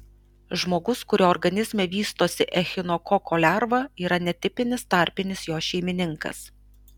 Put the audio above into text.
žmogus kurio organizme vystosi echinokoko lerva yra netipinis tarpinis jos šeimininkas